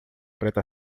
preta